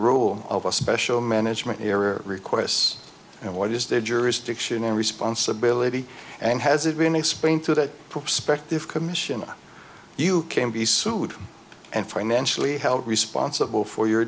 role of a special management here or requests and what is their jurisdiction and responsibility and has it been explained to that prospective commission you can be sued and financially held responsible for your